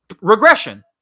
regression